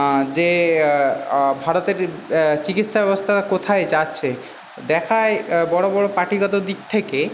যে ভারতের চিকিৎসা ব্যবস্থা কোথায় যাচ্ছে দেখায় বড়ো বড়ো পার্টিগত দিক থেকে